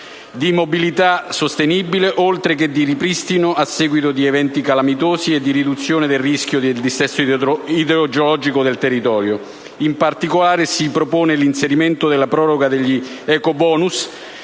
di mobilitasostenibile, oltre che di ripristino a seguito di eventi calamitosi e di riduzione del rischio di dissesto idrogeologico del territorio. In particolare, si propone l’inserimento della proroga degli ecobonus